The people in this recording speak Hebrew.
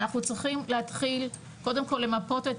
אנחנו צריכים להתחיל קודם כל למפות את